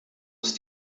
ist